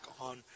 on